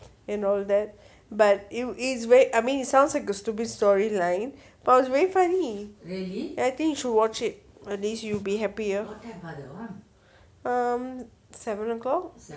and all that but you it's I mean it sounds a stupid story line but was very funny movie I think you should watch it at least you'll be happier um seven ah o'clock